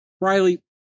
Riley